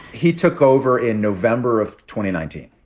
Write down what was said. he took over in november of twenty nineteen.